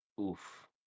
Oof